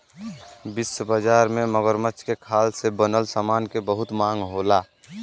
विश्व बाजार में मगरमच्छ के खाल से बनल समान के बहुत मांग होला